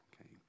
Okay